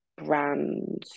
brands